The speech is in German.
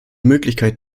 möglichkeit